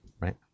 right